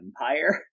Empire